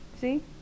See